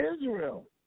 Israel